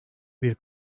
bir